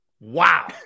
Wow